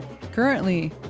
Currently